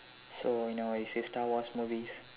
so you know you see Star Wars movies